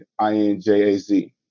INJAZ